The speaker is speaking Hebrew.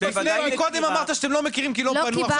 קודם אמרת שאתם לא מכירים כי לא פנו,